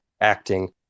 acting